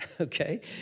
okay